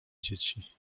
dzieci